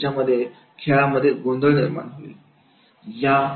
त्याच्यामध्ये खेळासंदर्भात गोंधळ निर्माण होऊ शकतो